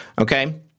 okay